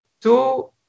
two